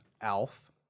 Alf